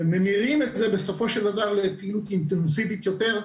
וממירים את זה בסופו של דבר לפעילות אינטנסיבית יותר,